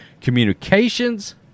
communications